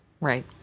Right